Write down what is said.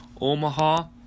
Omaha